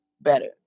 better